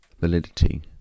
validity